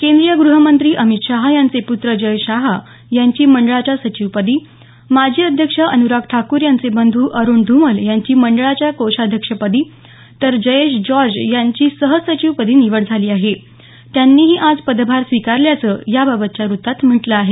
केंद्रीय ग्रहमंत्री अमित शहा यांचे पुत्र जय शहा यांची मंडळाच्या सचिवपदी माजी अध्यक्ष अनुराग ठाकूर यांचे बंधू अरुण धूमल यांची मंडळाच्या कोषाध्यक्षपदी तर जयेश जॉर्ज यांची सहसचिव पदी निवड झाली आहे त्यांनीही आज पदभार स्वीकारल्याचं याबाबतच्या वृत्तात म्हटलं आहे